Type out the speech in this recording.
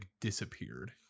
disappeared